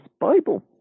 Bible